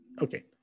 okay